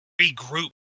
regroup